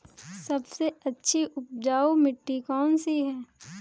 सबसे अच्छी उपजाऊ मिट्टी कौन सी है?